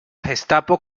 gestapo